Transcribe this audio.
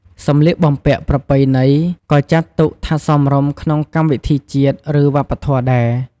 សម្លៀកបំពាក់ប្រពៃណីក៏ចាត់ទុកថាសមរម្យក្នុងកម្មវិធីជាតិ ឬ វប្បធម៌ដែរ។